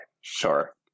Sure